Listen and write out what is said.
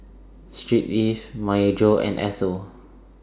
Street Ives Myojo and Esso